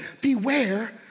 Beware